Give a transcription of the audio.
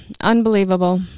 Unbelievable